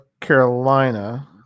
Carolina